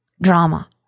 drama